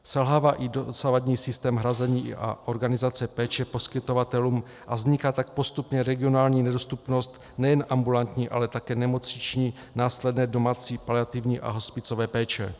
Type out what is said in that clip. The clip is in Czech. Selhává i dosavadní systém hrazení a organizace péče poskytovatelům, a vzniká tak postupně regionální nedostupnost nejen ambulantní, ale také nemocniční, následné domácí, paliativní a hospicové péče.